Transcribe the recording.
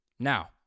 Now